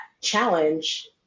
challenge